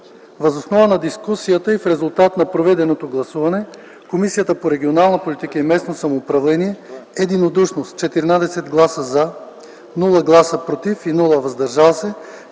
Въз основа на гласуванията и в резултат на проведеното гласуване Комисията по регионална политика и местно самоуправление единодушно с 14 гласа „за”, без „против” и „въздържали се”